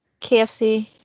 KFC